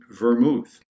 vermouth